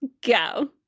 go